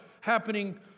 happening